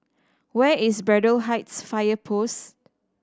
where is Braddell Heights Fire Post